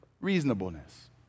reasonableness